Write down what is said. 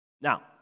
Now